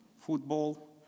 football